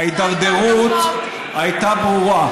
ההידרדרות הייתה ברורה.